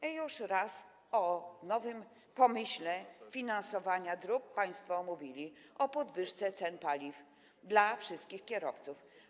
I już raz o nowym pomyśle finansowania dróg państwo mówili - o podwyżce cen paliw dla wszystkich kierowców.